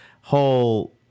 whole